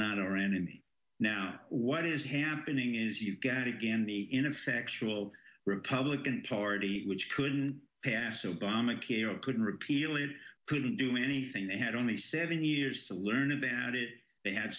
not our enemy now what is happening is you've got again the ineffectual republican party which couldn't pass obamacare or couldn't repeal it couldn't do anything they had only seven years to learn about it they ha